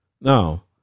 Now